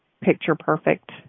picture-perfect